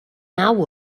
naw